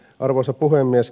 arvoisa puhemies